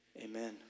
Amen